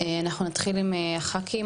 אנחנו נתחיל עם הח"כים.